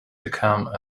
become